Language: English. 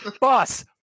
boss